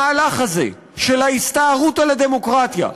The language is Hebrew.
המהלך הזה, של ההסתערות על הדמוקרטיה,